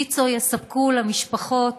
ויצ"ו יספקו למשפחות